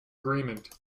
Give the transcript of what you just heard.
agreement